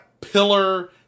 pillar